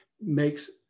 makes